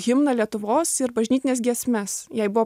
himną lietuvos ir bažnytines giesmes jai buvo